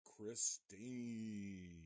christine